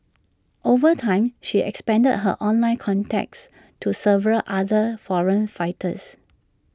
over time she expanded her online contacts to several other foreign fighters